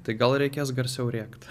tai gal reikės garsiau rėkt